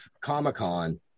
comic-con